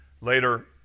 Later